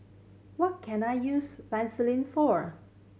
what can I use Vaselin for